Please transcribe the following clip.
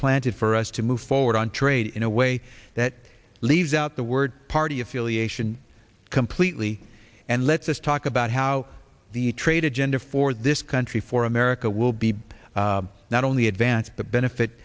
planted for us to move forward on trade in a way that leaves out the word party affiliation completely and lets us talk about how the trade agenda for this country for america will be not only advance the benefit